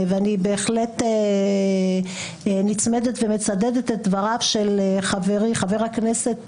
ואני בהחלט נצמדת ומצדדת את דבריו של חברי חבר הכנסת